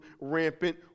rampant